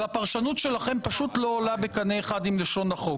והפרשנות שלכם פשוט לא עולה בקנה אחד עם לשון החוק.